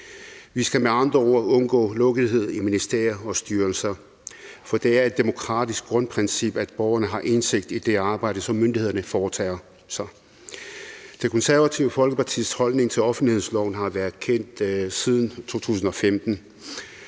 Vi skal med andre ord undgå lukkethed i ministerier og styrelser, for det er et demokratisk grundprincip, at borgerne har indsigt i det arbejde, som myndighederne foretager sig. Det Konservative Folkepartis holdning til offentlighedsloven har været kendt siden 2015,